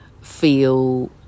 feel